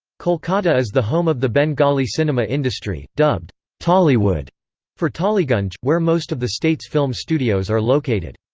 kolkata is the home of the bengali cinema industry, dubbed tollywood for tollygunj, where most of the state's film studios are located.